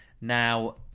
Now